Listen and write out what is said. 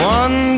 one